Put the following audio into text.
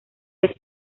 vez